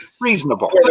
reasonable